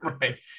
Right